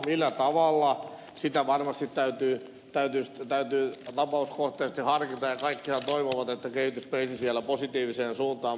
millä tavalla sitä varmasti täytyy tapauskohtaisesti harkita ja kaikkihan toivovat että kehitys menisi siellä positiiviseen suuntaan mutta aivan kuten ed